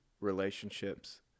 relationships